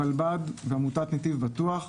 הרלב"ד ועמותת נתיב בטוח,